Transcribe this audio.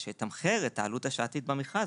אז שיתמחר את עלות השעתית במכרז.